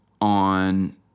on